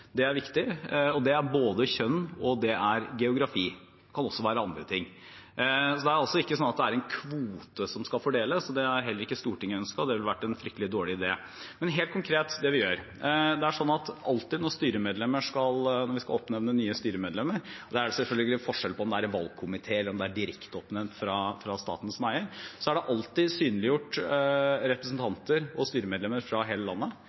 mangfold er viktig. Det gjelder både kjønn og geografi, og det kan også gjelde andre ting. Det er altså ikke en kvote som skal fordeles, og det har heller ikke Stortinget ønsket. Det ville vært en fryktelig dårlig idé. Men helt konkret til det vi gjør: Når vi skal oppnevne nye styremedlemmer – det er selvfølgelig forskjell på om det er en valgkomité eller om styret er direkte oppnevnt av staten som eier – er det alltid synliggjort representanter og styremedlemmer fra hele landet.